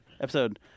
Episode